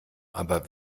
aber